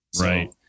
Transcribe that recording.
right